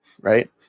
right